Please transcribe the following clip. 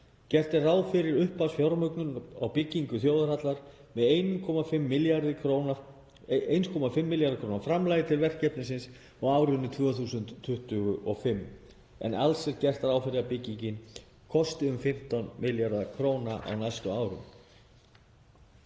Gert er ráð fyrir upphafsfjármögnun á byggingu þjóðarhallar með 1,5 milljarða kr. framlagi til verkefnisins á árinu 2025 en alls er gert ráð fyrir að byggingin kosti um 15 milljarða kr. á næstu árum.